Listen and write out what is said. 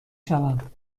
شوم